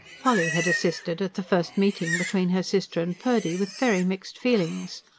polly had assisted at the first meeting between her sister and purdy with very mixed feelings.